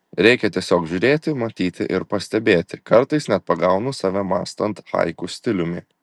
reikia tiesiog žiūrėti matyti ir pastebėti kartais net pagaunu save mąstant haiku stiliumi